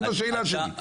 זאת השאלה שלי.